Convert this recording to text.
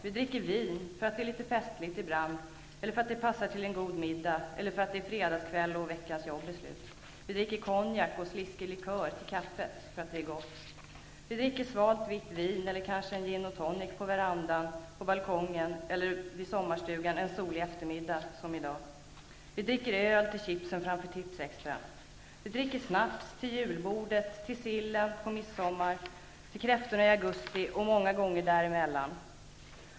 Vi dricker vin för att det är litet festligt, för att det passar till en god middag eller för att det är fredagskväll och veckans jobb är slut. Vi dricker konjak och sliskig likör till kaffet för att det är gott. Vi dricker svalt vitt vin eller kanske en gin och tonic på verandan, på balkongen eller vid sommarstugan en solig eftermiddag, som i dag. Vi dricker öl till chipsen framför Tipsextra. Vi dricker snaps till julbordet, till sillen på midsommar, till kräftorna i augusti och många gånger däremellan.